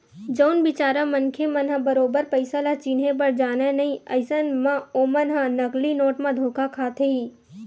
जउन बिचारा मनखे मन ह बरोबर पइसा ल चिनहे बर जानय नइ अइसन म ओमन ह नकली नोट म धोखा खाथे ही